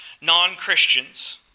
non-Christians